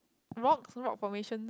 rocks rock formation